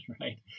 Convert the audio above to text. right